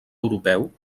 europeu